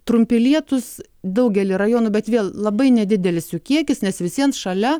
trumpi lietūs daugelyje rajonų bet vėl labai nedidelis jų kiekis nes vis vien šalia